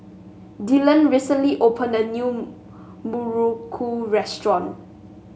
Dylan recently opened a new muruku restaurant